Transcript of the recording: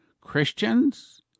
Christians